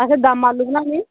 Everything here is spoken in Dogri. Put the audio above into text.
असें दम्म आल्लू बनाने